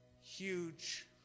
huge